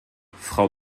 frau